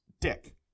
Dick